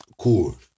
cool